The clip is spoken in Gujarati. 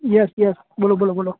યસ યસ બોલો બોલો બોલો